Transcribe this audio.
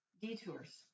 detours